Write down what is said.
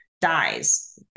dies